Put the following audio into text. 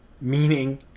meaning